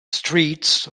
streets